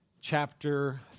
chapter